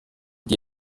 die